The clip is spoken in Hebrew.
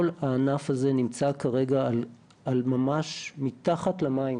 כל הענף הזה נמצא כרגע ממש מתחת למים